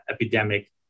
epidemic